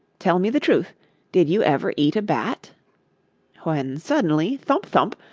tell me the truth did you ever eat a bat when suddenly, thump! thump!